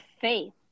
faith